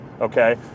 okay